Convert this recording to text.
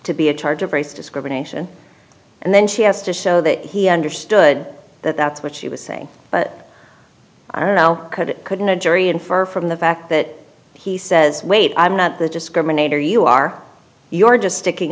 to be a charge of race discrimination and then she has to show that he understood that that's what she was saying but i don't know could it could in a jury infer from the fact that he says wait i'm not the discriminator you are your just sticking